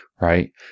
right